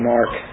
Mark